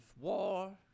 war